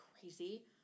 crazy